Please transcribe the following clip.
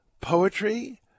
poetry